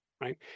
right